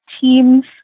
Teams